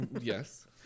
yes